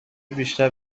بیشتر